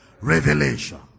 revelation